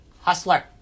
hustler